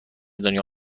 دنیا